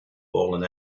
fallen